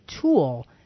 tool